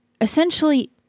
essentially